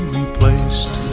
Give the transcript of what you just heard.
replaced